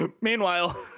Meanwhile